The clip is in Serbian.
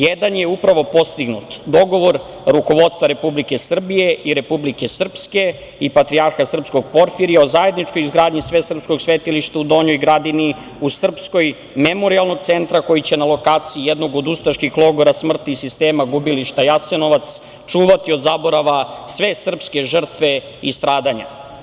Jedan je upravo postignut – dogovor rukovodstva Republike Srbije i Republike Srpske i patrijarha srpskog Porfirija o zajedničkoj izgradnji svesrpskog svetilišta u Donjoj Gradini, srpskom memorijalnog centra koji će na lokaciji jednog od ustaških logora smrti i sistema gubilišta Jasenovac čuvati od zaborava sve srpske žrtve i stradanja.